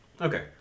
Okay